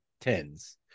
tens